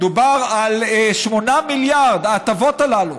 דובר על 8 מיליארד, ההטבות הללו,